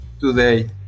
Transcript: today